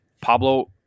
Pablo